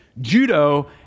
judo